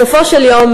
בסופו של דבר,